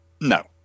No